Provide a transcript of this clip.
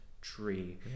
tree